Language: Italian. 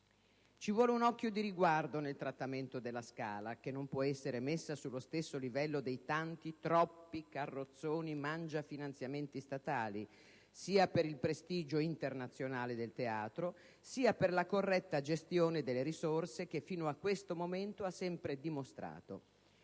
Ci vuole un occhio di riguardo nel trattamento della Scala, la quale non può essere messa sullo stesso livello dei tanti, troppi carrozzoni mangia finanziamenti statali, sia per il prestigio internazionale del Teatro, sia per la corretta gestione delle risorse che fino a questo momento ha sempre dimostrato.